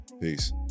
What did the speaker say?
Peace